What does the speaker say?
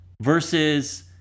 versus